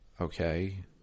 Okay